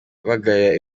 bagaya